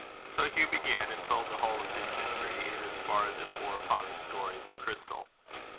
so hugh began, and told the whole of his history, in as far as it bore upon the story of the crystal.